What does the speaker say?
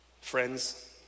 Friends